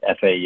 FAU